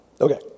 Okay